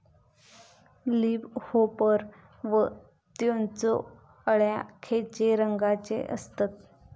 Leaf hopper व त्यानचो अळ्या खैचे रंगाचे असतत?